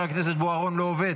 חבר הכנסת בוארון לא עובד.